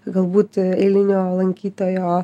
galbūt eilinio lankytojo